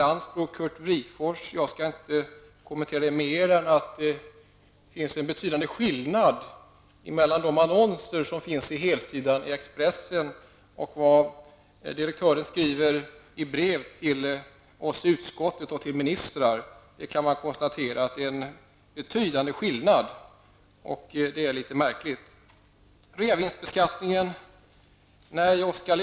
Wrigfors, vill jag bara säga att det finns en betydande skillnad mellan Expressens helsidesannonser och vad direktören skriver i brev till oss i utskottet och till ministrar. En betydande skillnad kan här alltså konstateras, och detta är litet märkligt.